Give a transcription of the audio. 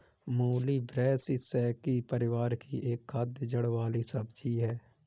मूली ब्रैसिसेकी परिवार की एक खाद्य जड़ वाली सब्जी है